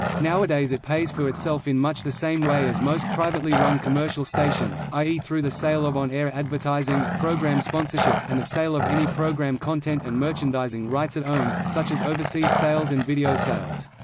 nowadays it pays for itself in much the same way as most privately run commercial stations, i e. through the sale of on-air advertising, programme sponsorship, and the sale of any programme content and merchandising rights it owns, such as overseas sales and video sales.